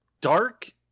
dark